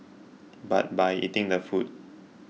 but by eating the food